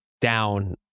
down